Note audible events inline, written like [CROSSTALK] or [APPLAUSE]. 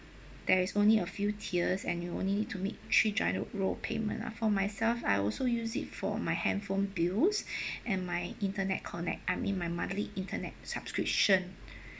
there is only a few tiers and you only need to make three GIRO payment lah for myself I also use it for my handphone bills [BREATH] and my internet connect I mean my monthly internet subscription